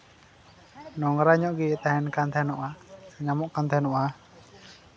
ᱱᱳᱝᱨᱟ ᱧᱚᱜ ᱜᱮ ᱛᱟᱦᱮᱱ ᱠᱟᱱ ᱛᱟᱦᱮᱱᱚᱜᱼᱟ ᱧᱟᱢᱚᱜ ᱠᱟᱱ ᱛᱟᱦᱮᱱᱚᱜᱼᱟ